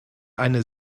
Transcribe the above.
eine